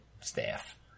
staff